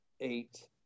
eight